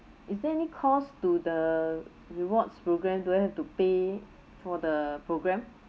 is there any cost to the rewards programme do I have to pay for the programme